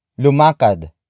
Lumakad